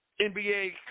NBA